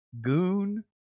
goon